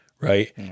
Right